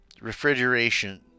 refrigeration